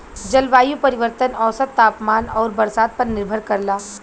जलवायु परिवर्तन औसत तापमान आउर बरसात पर निर्भर करला